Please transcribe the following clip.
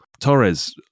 Torres